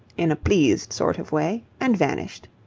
in a pleased sort of way, and vanished.